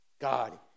God